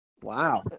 Wow